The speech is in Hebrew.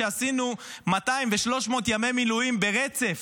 שעשינו 200 ו-300 ימי מילואים ברצף,